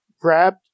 grabbed